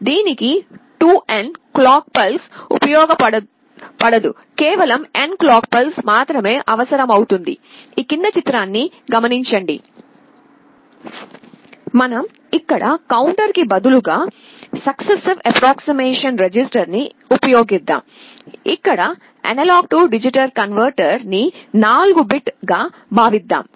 దీనికి 2n clock pulse ఉపయోగ పడదు కేవలం n క్లాక్ పల్స్ మాత్రమే అవసరమవుతుంది మనం ఇక్కడ కౌంటర్ కి బదులుగా సెన్సిటివ్ అప్ప్రోక్సీమెట్ రిజిస్టర్ ని ఉపయోగిద్దాం ఇక్కడ A D కన్వెర్టర్ ని 4 బిట్ గా భావిద్దాం